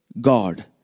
God